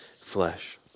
flesh